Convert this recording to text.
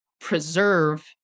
preserve